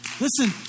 Listen